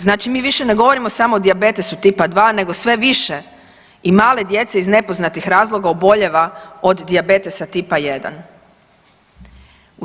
Znači, mi više ne govorimo samo o dijabetesu tipa dva, nego sve više i male djece iz nepoznatih razloga obolijeva od dijabetesa tipa jedan.